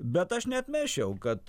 bet aš neatmesčiau kad